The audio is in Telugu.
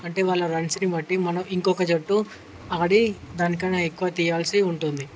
అంటే వాళ్ళ రన్స్ని బట్టి మన ఇంకొక జట్టు ఆడి దానికన్నా ఎక్కువ తీయాల్సి ఉంటుంది